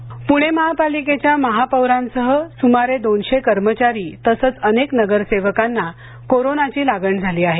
प्णे महापालिकेच्या महापौरांसह सुमारे दोनशे कर्मचारी तसंच अनेक नगरसेवकांना कोरोनाची लागण झाली आहे